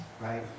right